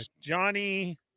johnny